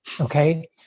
Okay